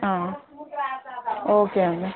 ఆ ఓకే అండి